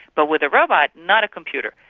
but with a robot not a computer.